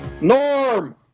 Norm